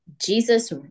Jesus